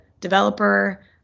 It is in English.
developer